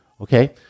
Okay